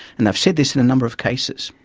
and i've said this in a number of cases.